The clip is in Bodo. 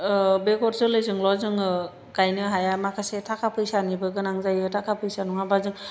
बेगर जोलैजोंल' जोङो गायनो हाया माखासे थाखा फैसानिबो गोनां जायो थाखा फैसा नङाब्ला जों